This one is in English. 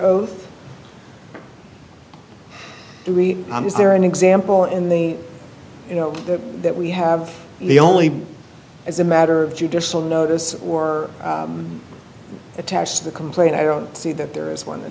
oath is there an example in the you know that we have the only as a matter of judicial notice or attach the complaint i don't see that there is one